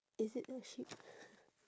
is it a sheep